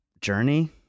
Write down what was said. Journey